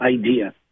idea